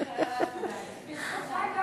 זה בזכותי שאת